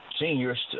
seniors